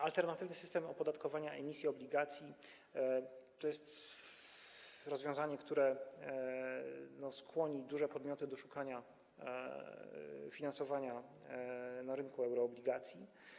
Alternatywny system opodatkowania emisji obligacji to jest rozwiązanie, które skłoni duże podmioty do szukania finansowania na rynku euroobligacji.